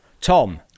Tom